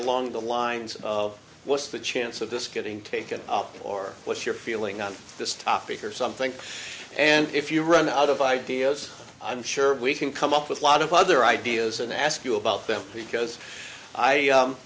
along the lines of what's the chance of this getting taken up or what's your feeling on this topic or something and if you run out of ideas i'm sure we can come up with a lot of other ideas and ask you about them because